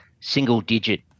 single-digit